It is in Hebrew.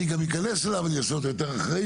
אני גם אכנס אליו אעשה אותו יותר אחראי,